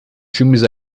filmes